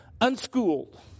unschooled